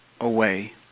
away